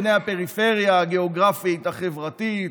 בני הפריפריה הגיאוגרפית והחברתית,